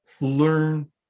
learn